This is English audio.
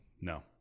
no